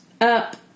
up